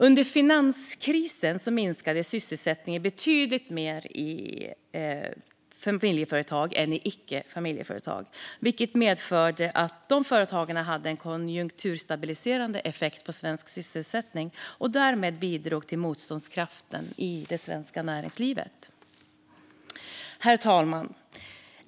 Under finanskrisen minskade sysselsättningen betydligt mindre i familjeföretag än i icke-familjeföretag, vilket medförde att de hade en konjunkturstabiliserande effekt på svensk sysselsättning och därmed bidrog till motståndskraften i det svenska näringslivet. Herr talman!